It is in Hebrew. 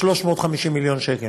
350 מיליון שקל.